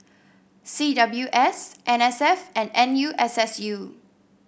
C W S N S F and N U S S U